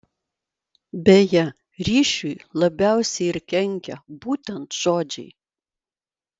beje ryšiui labiausiai ir kenkia būtent žodžiai